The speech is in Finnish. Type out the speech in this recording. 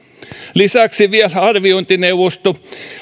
vielä lisäksi arviointineuvosto